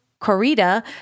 Corita